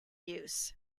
use